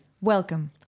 Welcome